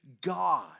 God